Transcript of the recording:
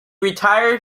retired